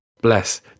bless